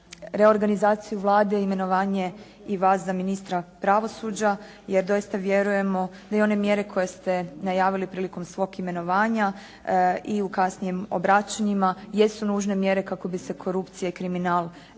reorganizaciju Vlade, imenovanje i vas za ministra pravosuđa jer doista vjerujemo da i one mjere koje ste najavili prilikom svog imenovanja i u kasnijim obraćanjima jesu nužne mjere kako bi se korupcija i kriminal u